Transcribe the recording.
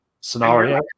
Scenario